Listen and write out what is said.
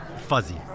fuzzy